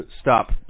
stop